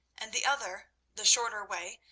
and the other, the shorter way,